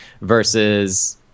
versus